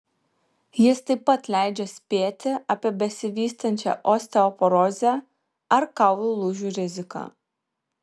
jis taip pat leidžia spėti apie besivystančią osteoporozę ar kaulų lūžių riziką